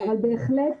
אבל בהחלט,